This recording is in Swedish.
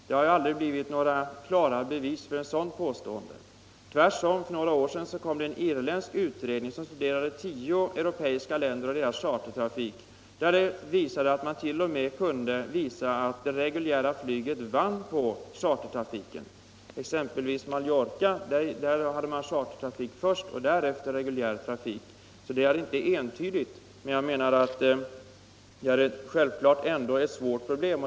Det har aldrig framförts några klara bevis för ett sådant påstående. Tvärtom! För några år sedan gjordes en irländsk utredning om tio europeiska länder och deras chartertrafik, och i den kunde man t.o.m. visa att det reguljära flyget vann på chartertrafiken. På Mallorca hade man exempelvis chartertrafik först, och därefter fick man reguljär trafik. Det är alltså inte entydigt att chartertrafiken undergräver det reguljära flygets verksamhet. Jag menar att det här är ett svårt problem.